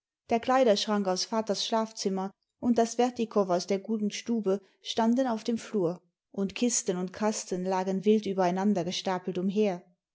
der kleiderschrank aus vaters schlafzimmer und das vertikow aus der guten stube standen auf dem flur imd kisten und kasten lagen wild übereinandergestapelt umher